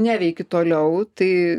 neveiki toliau tai